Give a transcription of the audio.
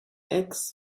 eggs